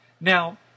Now